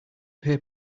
pay